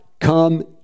come